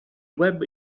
web